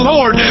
Lord